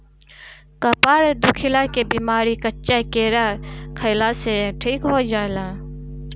कपार दुखइला के बेमारी कच्चा केरा खइला से ठीक हो जाला